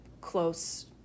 close